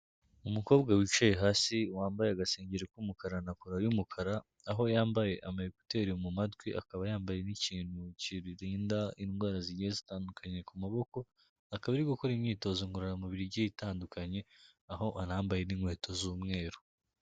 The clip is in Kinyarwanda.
Umukobwa wicaye hasi wambaye agasengeri k'umukara na kora y'umukara, aho yambaye ama ekuteri mu matwi, akaba yambaye n'ikintu kirinda indwara zigiye zitandukanye ku maboko, akaba ari gukora imyitozo ngororamubiri igiye itandukanye, aho anambaye n'inkweto z'umweru.